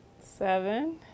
seven